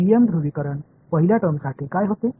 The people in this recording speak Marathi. टीएम ध्रुवीकरण पहिल्या टर्मसाठी काय होते